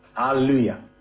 Hallelujah